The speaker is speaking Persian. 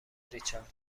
ریچارد